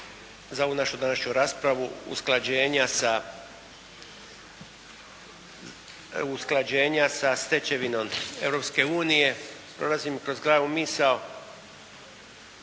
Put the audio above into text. za ovu našu današnju raspravu usklađenja sa stečevinom Europske unije. Prolazi mi kroz glavu misao